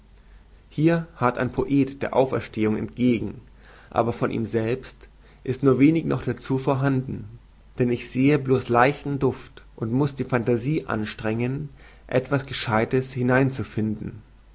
hier harrt ein poet der auferstehung entgegen aber von ihm selbst ist nur wenig noch dazu vorhanden denn ich sehe bloß leichten duft und muß die phantasie anstrengen etwas gescheutes hineinzufinden